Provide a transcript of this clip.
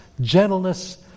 Gentleness